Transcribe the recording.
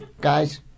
guys